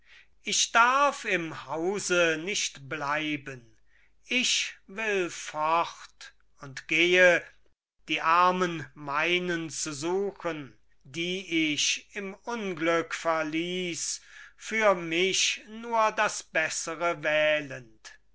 ich darf im hause nicht bleiben ich will fort und gehe die armen meinen zu suchen die ich im unglück verließ für mich nur das bessere wählend